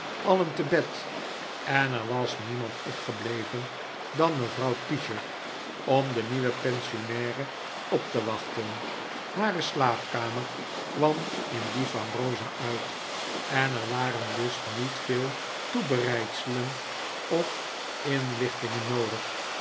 alien te bed en er was niemand opgebleven dan mevrouw tisher om de nieuwe pensionaire op te wachten hare slaapkamer kwam in die van rosa uit en er waren dus niet veel toebereidselen of inljchtingen noodig